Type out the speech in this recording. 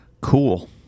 Cool